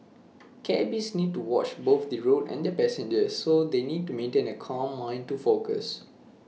cabbies need to watch both the road and their passengers so they need to maintain A calm mind to focus